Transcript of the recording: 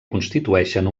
constitueixen